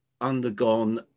undergone